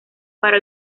para